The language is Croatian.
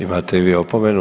Imate i vi opomenu.